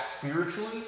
spiritually